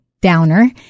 downer